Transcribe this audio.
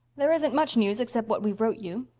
there isn't much news except what we've wrote you,